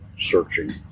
searching